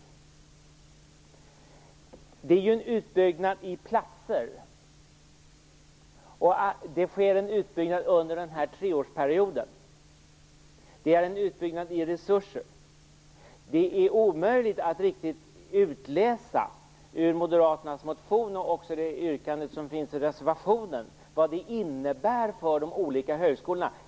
Det är fråga om en utbyggnad i platser som sker under en treårsperiod. Det är fråga om en utbyggnad i resurser. Ur Moderaternas motion och yrkandet i reservationen är det omöjligt att utläsa vad detta innebär för de olika högskolorna.